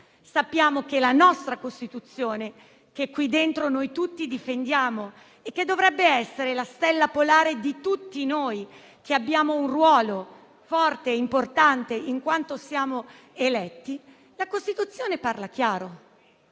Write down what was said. sappiamo che la nostra Costituzione, che in questa sede noi tutti difendiamo e che dovrebbe essere la stella polare di tutti noi che abbiamo un ruolo forte ed importante in quanto eletti, parla chiaro: